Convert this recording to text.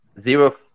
zero